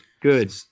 Good